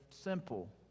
simple